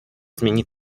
změnit